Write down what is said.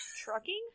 Trucking